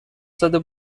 زده